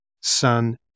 son